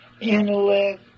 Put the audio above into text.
intellect